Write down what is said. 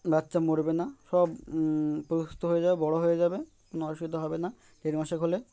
বাচ্চা মরবে না সব সুস্থ হয়ে যাবে বড়ো হয়ে যাবে কোনো অসুবিধা হবে না দেড় মাসে হলে